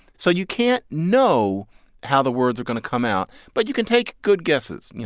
so you can't know how the words are going to come out, but you can take good guesses. you